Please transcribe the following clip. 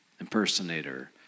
impersonator